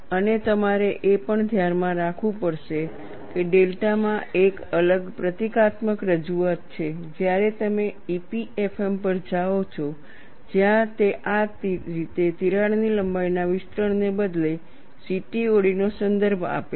અને તમારે એ પણ ધ્યાનમાં રાખવું પડશે કે ડેલ્ટા માં એક અલગ પ્રતીકાત્મક રજૂઆત છે જ્યારે તમે EPFM પર જાઓ છો જ્યાં તે આ રીતે તિરાડની લંબાઈના વિસ્તરણને બદલે CTOD નો સંદર્ભ આપે છે